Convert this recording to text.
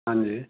ਹਾਂਜੀ